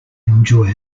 enjoy